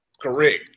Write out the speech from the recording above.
Correct